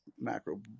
macro